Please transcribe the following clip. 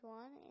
one